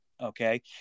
Okay